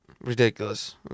ridiculous